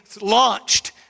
launched